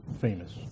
famous